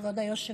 כולם